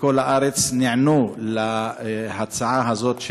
בכל הארץ נענו להצעה הזאת,